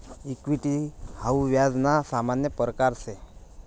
equity हाऊ व्याज ना सामान्य प्रकारसे